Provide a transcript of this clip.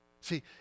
See